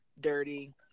dirty